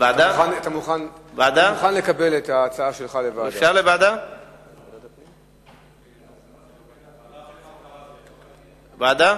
ועדת